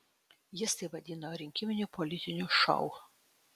jis tai vadino rinkiminiu politiniu šou